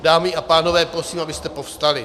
Dámy a pánové, prosím, abyste povstali.